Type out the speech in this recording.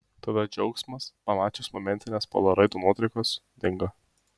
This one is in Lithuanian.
tada džiaugsmas pamačius momentines polaroido nuotraukas dingo